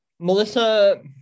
Melissa